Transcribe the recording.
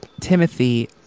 Timothy